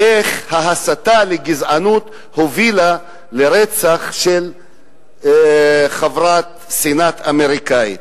איך ההסתה לגזענות הובילה לרצח של חברת סנאט אמריקנית.